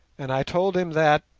and i told him that,